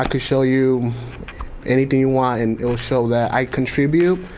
i can show you anything you want and it'll show that i contribute,